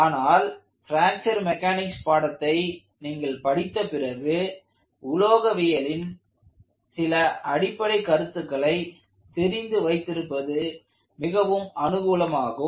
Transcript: ஆனால் fracture mechanics பாடத்தை நீங்கள் படித்த பிறகு உலோகவியலின் சில அடிப்படைக் கருத்துக்களை தெரிந்து வைத்திருப்பது மிகவும் அனுகூலமாகும்